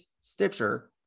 Stitcher